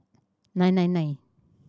nine nine nine